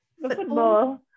football